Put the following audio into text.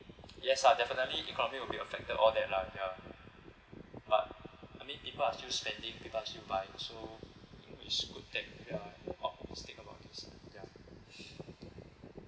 yes ah definitely economy will be affected all that lah ya but I mean people are still spending people are still buying so it's good thing that they're optimistic about this lah ya